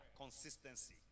consistency